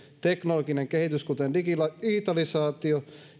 teknologinen kehitys kuten digitalisaatio